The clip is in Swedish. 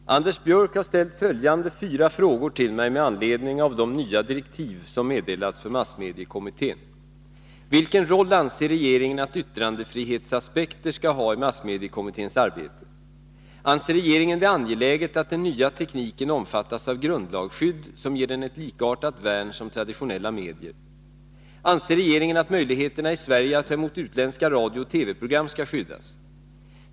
Herr talman! Anders Björck har ställt följande fyra frågor till mig med anledning av de nya direktiv som meddelats för massmediekommittén : Vilken roll anser regeringen att yttrandefrihetsaspekter skall ha i massmediekommitténs arbete? Anser regeringen det angeläget att den nya tekniken omfattas av grundlagsskydd som ger den ett likartat värn som traditionella medier? Anser regeringen att möjligheterna i Sverige att ta emot utländska radiooch TV-program skall skyddas?